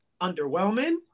underwhelming